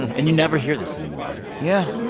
and you never hear this anymore yeah